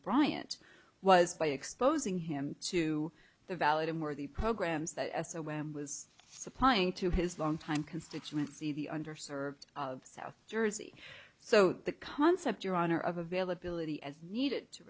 bryant was by exposing him to the valid and worthy programs that as a whim was supplying to his longtime constituency the under served of south jersey so the concept your honor of availability as needed to